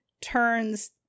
turns